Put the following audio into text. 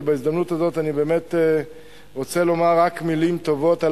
ובהזדמנות הזאת אני באמת רוצה לומר רק מלים טובות על